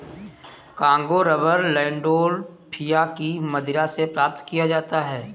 Congo rubber Landolphia की मदिरा से प्राप्त किया जाता है